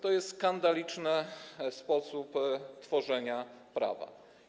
To jest skandaliczny sposób tworzenia prawa.